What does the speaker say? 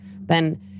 then-